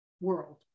world